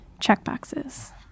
checkboxes